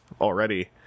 already